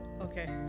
Okay